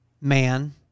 man